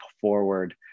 forward